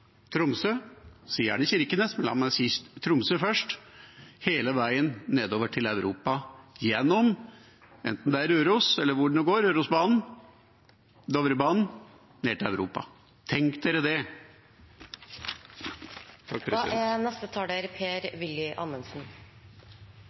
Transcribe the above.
men la meg si Tromsø først, hele veien nedover til Europa, gjennom Røros via Dovrebanen og ned til Europa – tenk dere det!